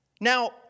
Now